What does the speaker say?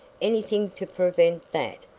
anything to prevent that.